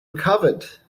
recovered